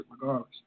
regardless